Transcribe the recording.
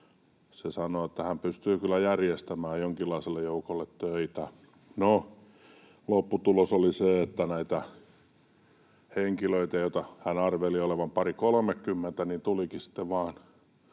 hän sanoi, että hän pystyy kyllä järjestämään jonkinlaiselle joukolle töitä. No, lopputulos oli se, että näitä henkilöitä, joita hän arveli olevan pari—kolmekymmentä, tulikin sitten vain